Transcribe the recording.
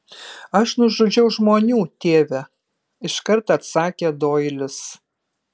aš nužudžiau žmonių tėve iškart atsakė doilis